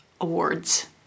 awards